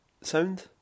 Sound